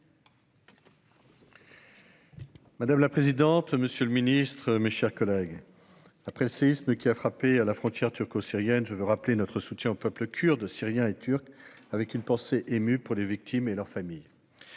Madame la présidente, monsieur le ministre, mes chers collègues, après le séisme qui a frappé la frontière turco-syrienne, je tiens à faire part de notre soutien aux peuples kurde, syrien et turc et avoir une pensée émue pour les victimes et leurs familles.